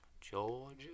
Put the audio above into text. Georgia